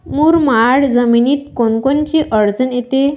मुरमाड जमीनीत कोनकोनची अडचन येते?